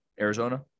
Arizona